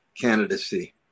candidacy